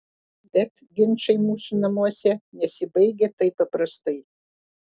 bet ginčai mūsų namuose nesibaigia taip paprastai